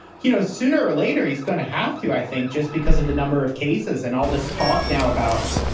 you know, sooner or later, he's going to have to, i think just because of the number of cases and all this talk now about.